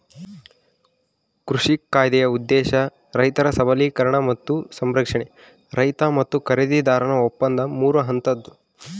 ಕೃಷಿ ಕಾಯ್ದೆಯ ಉದ್ದೇಶ ರೈತರ ಸಬಲೀಕರಣ ಮತ್ತು ಸಂರಕ್ಷಣೆ ರೈತ ಮತ್ತು ಖರೀದಿದಾರನ ಒಪ್ಪಂದ ಮೂರು ಹಂತದ್ದು